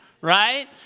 right